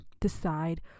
decide